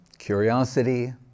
curiosity